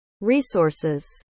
resources